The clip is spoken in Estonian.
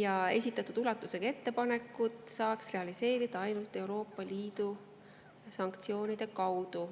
ja esitatud ulatusega ettepanekut saaks realiseerida ainult Euroopa Liidu sanktsioonide kaudu.